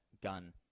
gun